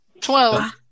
Twelve